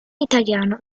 italiano